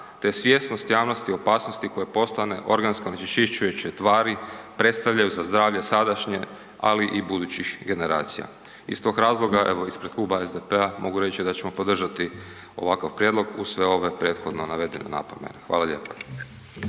te svjesnost javnosti o opasnosti koje postojane organske onečišćujuće tvari predstavljaju za zdravlje sadašnje, ali i budućih generacija. Iz tih razloga ispred kluba SDP-a mogu reći da ćemo podržati ovakav prijedlog uz sve ove prethodno navedene napomene. Hvala lijepa.